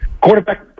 Quarterback